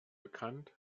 bekannt